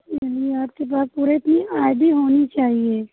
चलिए आपके पास पूरे इतनी आई डी होनी चाहिए